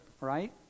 Right